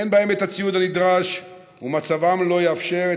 אין בהם את הציוד הנדרש ומצבם לא יאפשר את